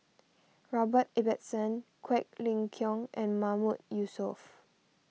Robert Ibbetson Quek Ling Kiong and Mahmood Yusof